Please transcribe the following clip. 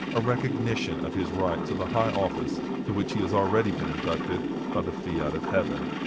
a recognition of his right to the high office to which he has already been inducted by the fiat of heaven.